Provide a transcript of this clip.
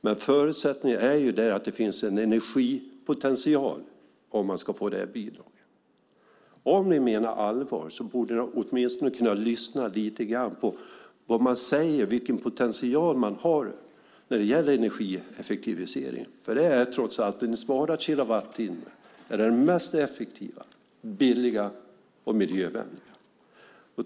Men förutsättningen är ju att det finns en energipotential för att man ska få bidrag. Om ni menar allvar borde ni åtminstone ha kunnat lyssna lite på vad man säger och vilken potential man har när det gäller energieffektivisering. En sparad kilowattimme är trots allt den effektivaste, billigaste och miljövänligaste.